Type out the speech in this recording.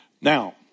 Now